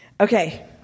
Okay